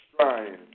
trying